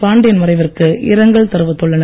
பாண்டியன் மறைவிற்கு இரங்கல் தெரிவித்துள்ளனர்